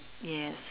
yes